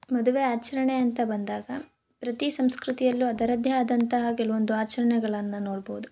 ಮದುವೆ ಆಚರಣೆ ಅಂತ ಬಂದಾಗ ಪ್ರತೀ ಸಂಸ್ಕೃತಿಯಲ್ಲೂ ಅದರದ್ದೇ ಆದಂತಹ ಕೆಲವೊಂದು ಆಚರಣೆಗಳನ್ನ ನೋಡ್ಬೌದು